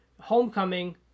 homecoming